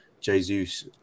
Jesus